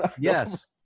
yes